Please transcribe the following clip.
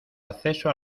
acceso